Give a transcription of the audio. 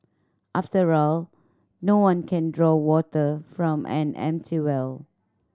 after all no one can draw water from an empty well